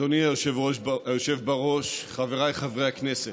אדוני היושב בראש, חבריי חברי הכנסת,